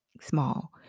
small